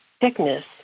sickness